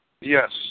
Yes